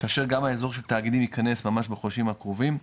כאשר גם האזור של תאגידים ייכנס ממש בחודשים הקרובים.